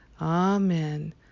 Amen